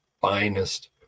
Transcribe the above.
finest